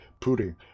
Putin